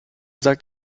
sagt